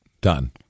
Done